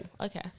okay